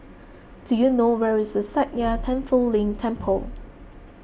do you know where is Sakya Tenphel Ling Temple